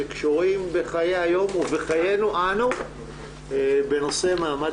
שקשורים בחיי היום ובחיינו אנו בנושא מעמד